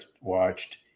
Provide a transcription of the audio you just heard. watched